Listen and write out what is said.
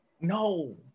No